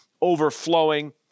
overflowing